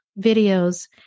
videos